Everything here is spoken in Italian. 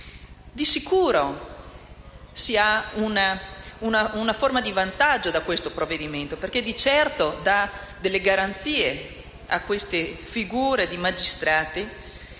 Di sicuro si ha una forma di vantaggio da questo provvedimento perché di certo dà delle garanzie a queste figure di magistrati,